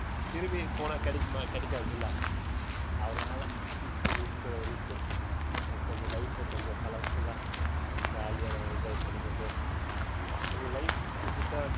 திரும்பி போனால் கிடைக்குமா கிடைக்காதுல்ல அதனால இப்போ இருக்கற வரைக்கும் கொஞ்சம் லைஃப்பை கொஞ்சம் கலர்ஃபுல்லாக கொஞ்சம் ஜாலியாக நாங்கள் என்ஜாய் பண்ணி கொண்டு எங்கள் லைஃப்பு இப்படி தான்